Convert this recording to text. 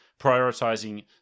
prioritizing